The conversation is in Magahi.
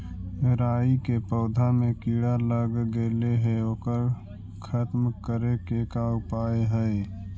राई के पौधा में किड़ा लग गेले हे ओकर खत्म करे के का उपाय है?